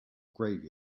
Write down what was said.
grave